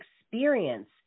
experience